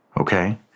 okay